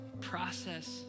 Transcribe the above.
process